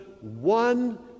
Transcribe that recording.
one